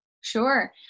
Sure